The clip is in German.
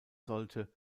sollte